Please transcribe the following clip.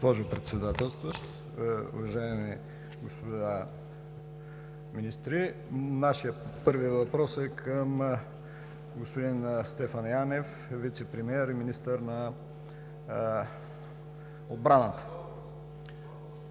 госпожо Председател, уважаеми господа министри! Нашият първи въпрос е към господин Стефан Янев – вицепремиер и министър на отбраната.